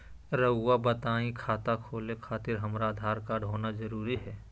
रउआ बताई खाता खोले खातिर हमरा आधार कार्ड होना जरूरी है?